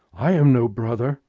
i am no brother.